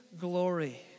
glory